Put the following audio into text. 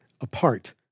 apart